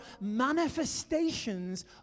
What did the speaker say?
manifestations